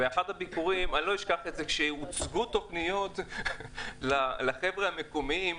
הביקורים, כשהוצגו תוכניות לחבר'ה המקומיים,